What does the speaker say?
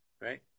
right